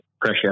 pressure